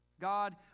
God